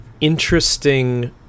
interesting